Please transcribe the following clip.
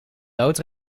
lood